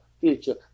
future